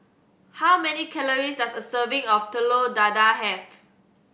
how many calories does a serving of Telur Dadah have